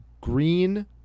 green